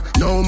no